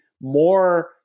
more